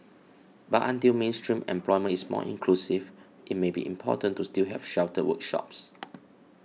but until mainstream employment is more inclusive it may be important to still have sheltered workshops